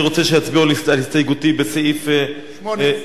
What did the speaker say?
אני רוצה שיצביעו על הסתייגותי לסעיף 4,